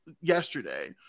yesterday